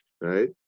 right